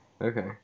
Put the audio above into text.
Okay